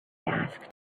asked